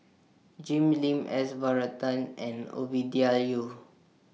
Jim Lim S Varathan and Ovidia Yu